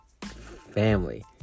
Family